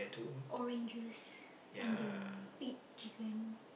orange juice and the big chicken